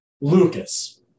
Lucas